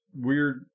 weird